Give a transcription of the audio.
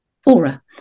fora